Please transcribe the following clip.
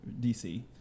DC